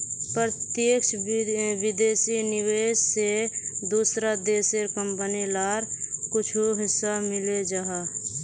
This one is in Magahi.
प्रत्यक्ष विदेशी निवेश से दूसरा देशेर कंपनी लार कुछु हिस्सा मिले जाहा